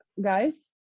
guys